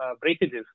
breakages